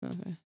Okay